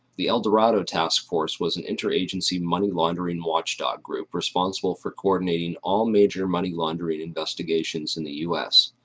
the el dorado task force was an inter-agency money-laundering watchdog group responsible for coordinating all major money-laundering investigations in the u s.